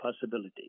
possibility